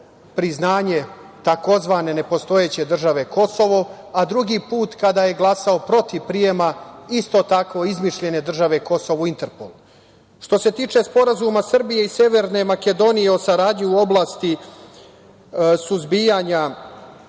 priznanje tzv. nepostojeće „države Kosovo“, a drugi put kada je glasao protiv prijema isto tako izmišljene države Kosovo u Interpolu. Što se tiče Sporazuma Srbije i Severne Makedonije o saradnji u oblasti suzbijanja,